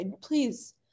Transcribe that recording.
Please